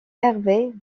harvey